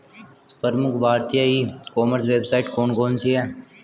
प्रमुख भारतीय e commerce website कौन कौन सी हैं?